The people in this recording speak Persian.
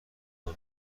کور